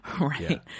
Right